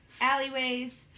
alleyways